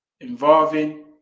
involving